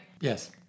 Yes